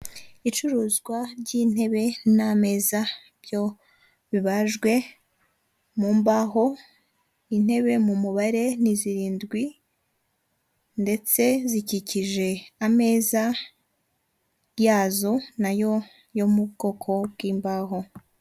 Icuruzwa ry'intebe n'ameza byo bibajwe mu mbaho, intebe mu mubare ni zirindwi ndetse zikikije ameza yazo nayo yo mu bwoko bw'imbaho.